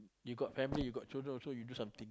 you got family you got children also you do something